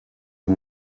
you